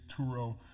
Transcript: Turo